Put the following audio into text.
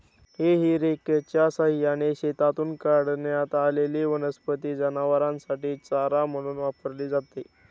हेई रेकच्या सहाय्याने शेतातून काढण्यात आलेली वनस्पती जनावरांसाठी चारा म्हणून वापरली जाते